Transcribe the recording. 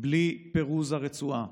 בלי פירוז הרצועה